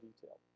detail